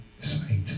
sight